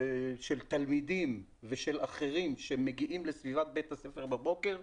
של תלמידים ושל אחרים שמגיעים לסביבת בית הספר בבוקר,